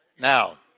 Now